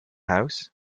house